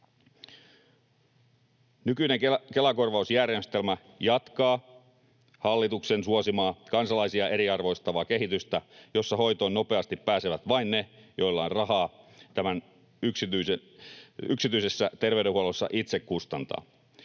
Nykyinen Kela-korvausjärjestelmä jatkaa hallituksen suosimaa kansalaisia eriarvoistavaa kehitystä, jossa hoitoon nopeasti pääsevät vain ne, joilla on rahaa tämä yksityisessä terveydenhuollossa itse kustantaa.